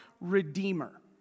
Redeemer